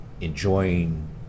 enjoying